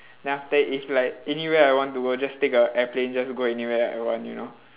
then after that if like anywhere I want to go just take a airplane just go anywhere I want you know